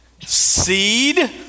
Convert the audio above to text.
Seed